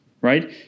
right